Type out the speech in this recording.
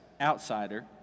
outsider